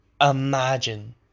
imagine